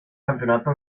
campeonato